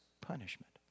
punishment